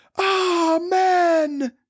Amen